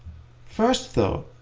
first, though,